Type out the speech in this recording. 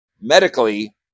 medically